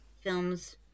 films